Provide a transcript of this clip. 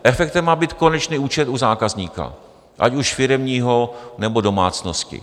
Efektem má být konečný účet u zákazníka, ať už firemního, nebo domácnosti.